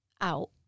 out